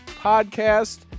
podcast